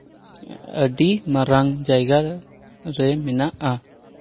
ᱟᱹᱰᱤ ᱢᱟᱨᱟᱝ ᱡᱟᱭᱜᱟ ᱨᱮ ᱢᱮᱱᱟᱜᱼᱟ